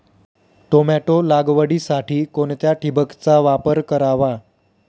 Tomato लागवडीसाठी कोणत्या ठिबकचा वापर करावा?